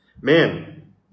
Man